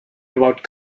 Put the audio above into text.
about